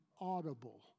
audible